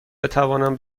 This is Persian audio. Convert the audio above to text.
بتوانم